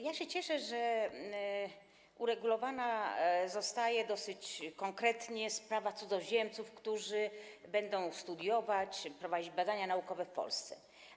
Ja się cieszę, że uregulowana zostaje dosyć konkretnie sprawa cudzoziemców, którzy będą studiować, prowadzić badania naukowe w Polsce.